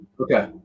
Okay